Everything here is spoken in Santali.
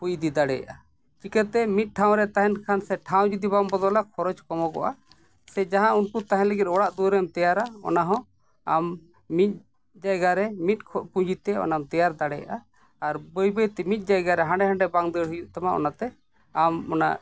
ᱦᱩᱭ ᱤᱫᱤ ᱫᱟᱲᱮᱭᱟᱜᱼᱟ ᱪᱤᱠᱟᱹᱛᱮ ᱢᱤᱫ ᱴᱷᱟᱶ ᱨᱮ ᱛᱟᱦᱮᱱ ᱠᱷᱟᱱ ᱥᱮ ᱴᱷᱟᱶ ᱡᱩᱫᱤ ᱵᱟᱢ ᱵᱚᱫᱚᱞᱟ ᱠᱷᱚᱨᱚᱪ ᱠᱚᱢᱚ ᱜᱚᱜᱼᱟ ᱥᱮ ᱡᱟᱦᱟᱸ ᱩᱱᱠᱩ ᱛᱟᱦᱮᱱ ᱞᱟᱹᱜᱤᱫ ᱚᱲᱟᱜ ᱫᱩᱣᱟᱹᱨᱮᱢ ᱛᱮᱭᱟᱨᱟ ᱚᱱ ᱦᱚᱸ ᱟᱢ ᱢᱤᱫ ᱡᱟᱭᱜᱟ ᱨᱮ ᱢᱤᱫ ᱠᱷᱩᱵ ᱯᱩᱸᱡᱤᱛᱮ ᱚᱱᱟᱢ ᱛᱮᱭᱟᱨ ᱫᱟᱲᱮᱭᱟᱜᱼᱟ ᱟᱨ ᱵᱟᱹᱭ ᱵᱟᱹᱭᱛᱮ ᱢᱤᱫ ᱡᱟᱭᱜᱟ ᱨᱮ ᱦᱟᱰᱮ ᱱᱷᱟᱰᱮ ᱵᱟᱝ ᱫᱟᱹᱲ ᱦᱩᱭᱩᱜ ᱛᱟᱢᱟ ᱚᱱᱟᱛᱮ ᱟᱢ ᱚᱱᱟ